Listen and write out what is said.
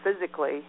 physically